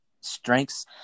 strengths